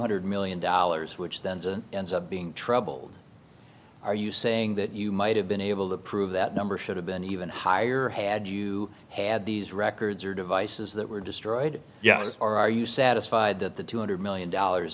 hundred million dollars which then ends up being trouble are you saying that you might have been able to prove that number should have been even higher had you had these records or devices that were destroyed yes are you satisfied that the two hundred million dollars